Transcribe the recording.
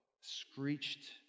screeched